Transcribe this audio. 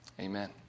Amen